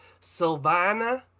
Sylvana